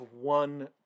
one